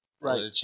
Right